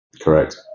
Correct